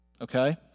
okay